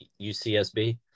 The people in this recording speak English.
UCSB